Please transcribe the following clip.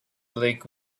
lake